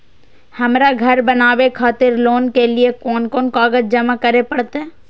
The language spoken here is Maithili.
हमरा घर बनावे खातिर लोन के लिए कोन कौन कागज जमा करे परते?